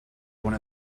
one